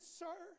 sir